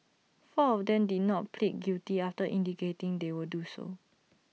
four of them did not plead guilty after indicating they would so do